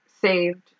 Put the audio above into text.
saved